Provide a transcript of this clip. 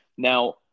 Now